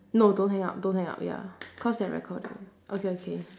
no don't hang up don't hang up ya because they're recording okay okay